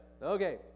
Okay